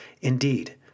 Indeed